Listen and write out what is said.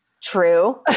true